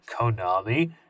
Konami